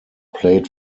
played